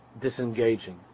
disengaging